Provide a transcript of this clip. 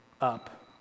up